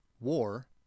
War